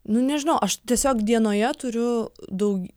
nu nežinau aš tiesiog dienoje turiu dau